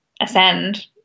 ascend